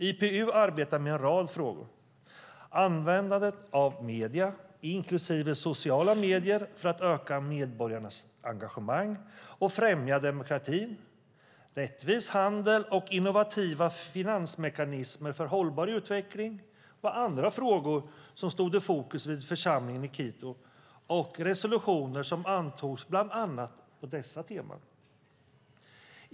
IPU arbetar med en rad frågor. Användandet av medier, inklusive sociala medier, för att öka medborgarnas engagemang och främja demokratin, rättvis handel och innovativa finansmekanismer för hållbar utveckling var andra frågor som stod i fokus vid församlingen i Quito, och resolutioner antogs bland annat på dessa teman.